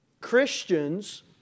Christians